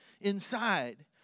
inside